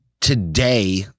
today